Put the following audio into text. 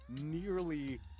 nearly